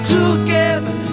Together